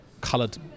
coloured